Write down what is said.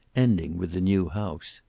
ending with the new house.